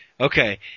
Okay